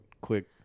Quick